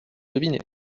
deviné